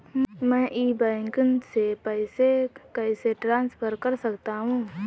मैं e banking से पैसे कैसे ट्रांसफर कर सकता हूं?